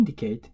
indicate